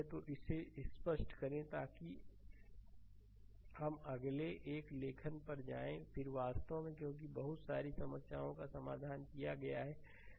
तो इसे स्पष्ट करें ताकि हम अगले एक या लेखन पर जाएं फिर यहां वास्तव में क्योंकि बहुत सारी समस्याओं का समाधान किया गया है